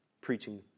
preaching